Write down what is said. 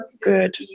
good